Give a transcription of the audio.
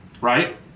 right